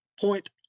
point